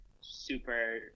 super